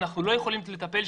אנחנו לא יכולים לטפל,